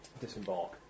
disembark